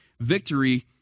victory